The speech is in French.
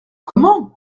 comment